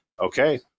okay